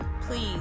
Please